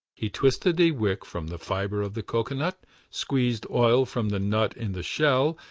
he twisted a wick from the fibre of the cocoanut squeezed oil from the nut in the shell,